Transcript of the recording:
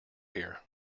here